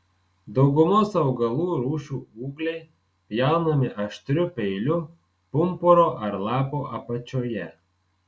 daugumos augalų rūšių ūgliai pjaunami aštriu peiliu pumpuro ar lapo apačioje